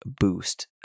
boost